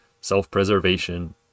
self-preservation